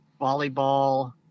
volleyball